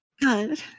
good